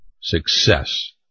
success